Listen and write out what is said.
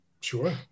Sure